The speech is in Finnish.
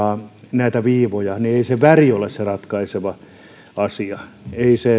näitä viivoja ei se väri ole se ratkaiseva asia ei se